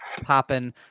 popping